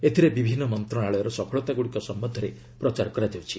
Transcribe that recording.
ଏଥିରେ ବିଭିନ୍ନ ମନ୍ତ୍ରଣାଳୟର ସଫଳତାଗୁଡ଼ିକ ସମ୍ଭନ୍ଧରେ ପ୍ରଚାର କରାଯାଉଛି